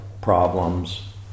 problems